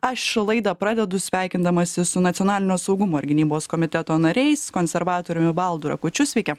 aš laidą pradedu sveikindamasi su nacionalinio saugumo ir gynybos komiteto nariais konservatoriumi valdu rakučiu sveiki